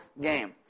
game